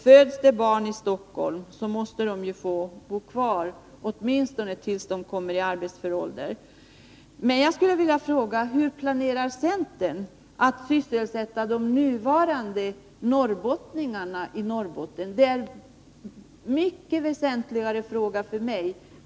De barn som föds i Stockholm måste få bo kvar där åtminstone tills de uppnått arbetsför ålder. Låt mig fråga hur centern planerar att sysselsätta de norrbottningar som bor kvar i Norrbotten. Det är en mycket väsentligare fråga för mig.